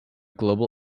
global